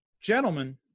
gentlemen